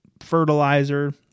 fertilizer